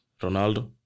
Ronaldo